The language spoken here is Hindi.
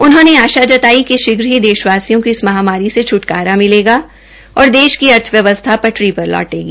उन्होंने आशा जताई कि शीघ्र ही देशवासियों को इस महामारी से छ्टकारा मिलेगा और देश की अर्थव्यवस्था पटरी पर लौटेगी